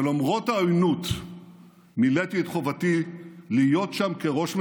ולמרות העוינות מילאתי את חובתי להיות שם כראש ממשלה,